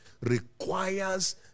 requires